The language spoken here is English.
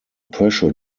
pressure